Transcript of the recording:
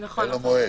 שוב,